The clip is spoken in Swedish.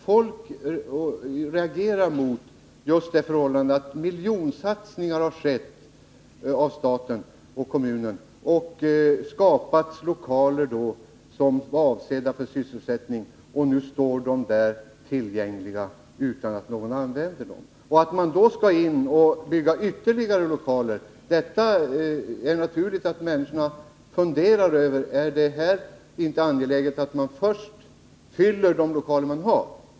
Folk reagerar mot just det förhållandet att sedan miljonsatsningar har skett av både stat och kommuner och det har skapats lokaler som var avsedda för sysselsättning, står nu dessa där tillgängliga, utan att någon använder dem. När man då vill gå in och bygga ytterligare lokaler är det naturligt att människorna funderar över om det här inte är angeläget att först utnyttja de lokaler man har.